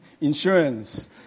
insurance